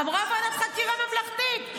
אמרה: ועדת חקירה ממלכתית.